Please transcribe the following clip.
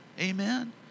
Amen